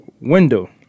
window